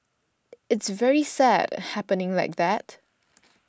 it's very sad happening like that